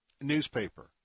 newspaper